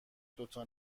دوتا